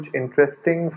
interesting